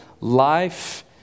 life